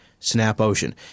SNAPOcean